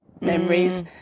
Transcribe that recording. memories